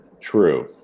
True